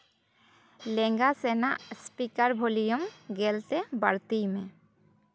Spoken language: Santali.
ᱞᱮᱸᱜᱟ ᱥᱮᱱᱟᱜ ᱤᱥᱯᱤᱠᱟᱨ ᱵᱷᱚᱞᱤᱭᱟᱢ ᱜᱮᱞᱛᱮ ᱵᱟᱹᱲᱛᱤᱭ ᱢᱮ